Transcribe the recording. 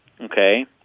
okay